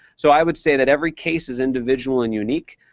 so i would say that every case is individual and unique.